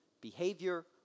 behavior